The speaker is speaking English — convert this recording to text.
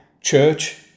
church